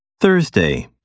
Thursday